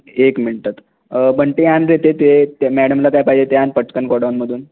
एक मिनटात बंटी आण रे ते ते त्या मॅडमला काय पाहिजे ते आण पटकन गोडाउनमधून